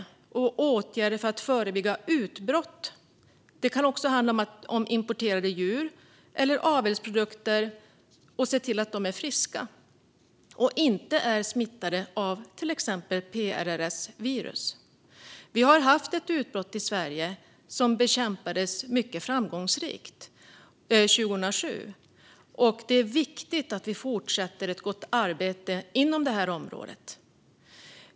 Det handlar om åtgärder för att förebygga utbrott, till exempel att se till att importerade djur eller avelsprodukter är friska och inte är smittade av till exempel PRRS-virus. Det var ett utbrott i Sverige 2007 som bekämpades mycket framgångsrikt, och det är därför viktigt att vi fortsätter med ett gott arbete på området.